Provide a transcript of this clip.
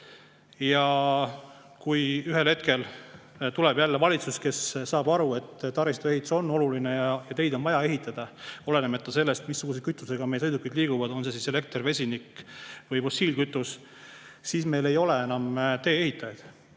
Kui ühel hetkel tuleb jälle valitsus, kes saab aru, et taristuehitus on oluline ja teid on vaja ehitada – olenemata sellest, missuguse kütusega meie sõidukid liiguvad, on see elekter, vesinik või fossiilkütus –, siis meil ei ole enam tee-ehitajaid,